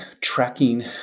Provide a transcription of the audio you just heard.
tracking